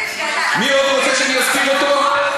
מי עוד רוצה שאני אזכיר אותו?